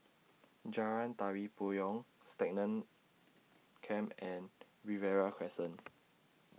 Jalan Tari Payong Stagmont Camp and Riverina Crescent